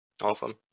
Awesome